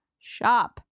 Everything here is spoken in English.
shop